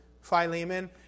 Philemon